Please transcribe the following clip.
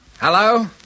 Hello